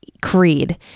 Creed